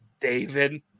David